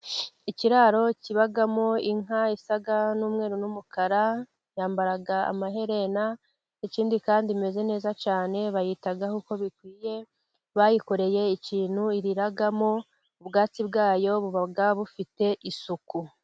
Ikiraro kibamo inka isa n'umweru n'umukara, yambara amaherena, ikindi kandi imeze neza cyane, bayitaho uko bikwiye, bayikoreye ikintu iriramo, ubwatsi bwayo buba bufite isuku.